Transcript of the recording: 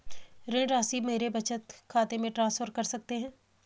ऋण राशि मेरे बचत खाते में ट्रांसफर कर सकते हैं?